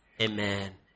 Amen